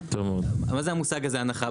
מה זה המושג הזה הנחה?